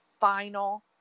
final